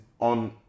on